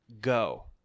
go